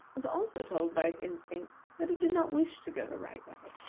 was also told by its instinct that it did not wish to go the right way,